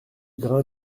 grains